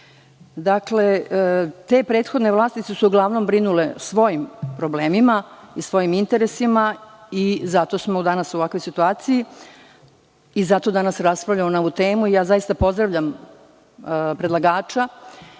itd. Te prethodne vlasti su se uglavnom birnule o svojim problemima, svojim interesima i zato smo danas u ovakvoj situaciji i zato danas raspravljamo na ovu temu. Zaista pozdravljam predlagača